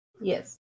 Yes